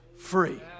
free